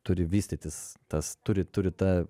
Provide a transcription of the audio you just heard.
turi vystytis tas turi turi ta